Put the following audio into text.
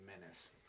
menace